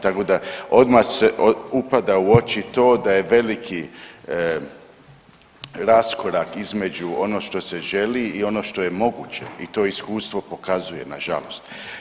Tako da odmah se, upada u oči to da je veliki raskorak između ono što se želi i ono što je moguće i to iskustvo pokazuje nažalost.